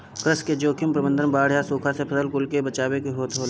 कृषि में जोखिम प्रबंधन में बाढ़ या सुखा से फसल कुल के बचावे के उपाय होला